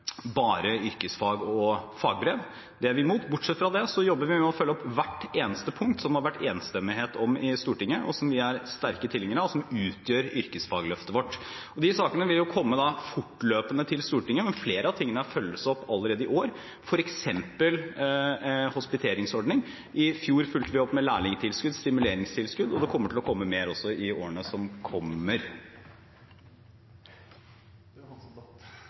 bare yrkesfag og fagbrev, det er vi imot. Bortsett fra det jobber vi med å følge opp hvert eneste punkt som det har vært enstemmighet om i Stortinget, og som vi er sterke tilhengere av, og som utgjør yrkesfagløftet vårt. De sakene vil komme fortløpende til Stortinget, men flere av tingene følges opp allerede i år, f.eks. hospiteringsordning. I fjor fulgte vi opp med lærlingtilskudd, stimuleringstilskudd, og det kommer til å komme mer også i årene som kommer.